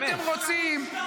אני באמת מרחם עליכם.